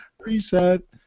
Reset